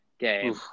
game